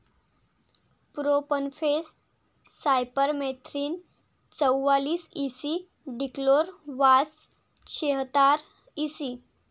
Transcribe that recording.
profenofos cypermethrin चौवालीस E C dichlorvos चेहतार EC